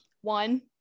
one